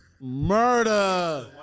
Murder